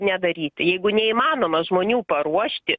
nedaryti jeigu neįmanoma žmonių paruošti